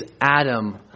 Adam